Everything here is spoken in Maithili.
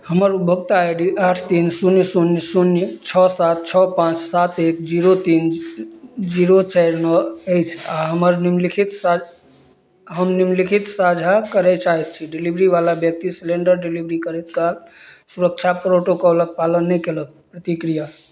हमर उपभोक्ता आइ डी आठ तीन शून्य शून्य शून्य छओ सात छओ पाँच सात एक जीरो तीन जीरो चारि नओ अछि आओर हमर निम्लिखित स हम निम्लिखित साझा करै चाहै छी डिलिवरीवला व्यक्ति सिलेण्डर डिलिवरी करैत काल सुरक्षा प्रोटोकॉलके पालन नहि कएलक प्रतिक्रिया